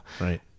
Right